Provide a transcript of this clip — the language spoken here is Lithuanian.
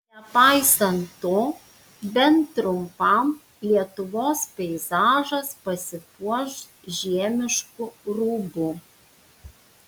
nepaisant to bent trumpam lietuvos peizažas pasipuoš žiemišku rūbu